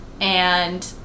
and-